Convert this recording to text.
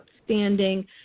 outstanding